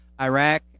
Iraq